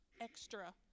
extra